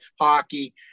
hockey